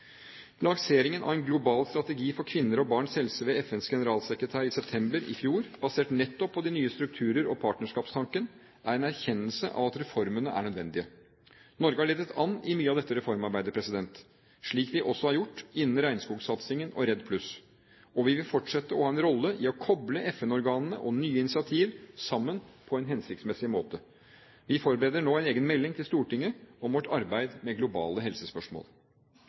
Lanseringen av en global strategi for kvinner og barns helse ved FNs generalsekretær i september i fjor, basert nettopp på de nye strukturer og partnerskapstanken, er en erkjennelse av at reformene er nødvendige. Norge har ledet an i mye av dette reformarbeidet, slik vi også har gjort innen regnskogsatsingen og REDD+, og vi vil fortsette å ha en rolle i å koble FN-organene og nye initiativ sammen på en hensiktsmessig måte. Vi forbereder nå en egen melding til Stortinget om vårt arbeid med globale helsespørsmål.